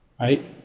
right